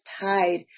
tied